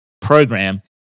program